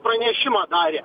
pranešimą darė